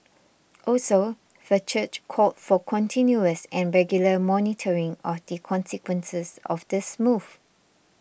also the church called for continuous and regular monitoring of the consequences of this move